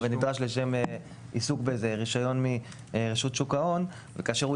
אבל נדרש לשם עיסוק ברישיון לרשות שוק ההון וכאשר הוא